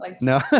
No